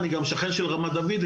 אני גם שכן של רמת דוד,